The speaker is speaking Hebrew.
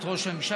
את ראש הממשלה.